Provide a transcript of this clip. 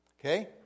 Okay